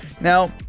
now